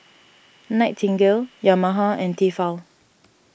Nightingale Yamaha and Tefal